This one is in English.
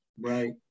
Right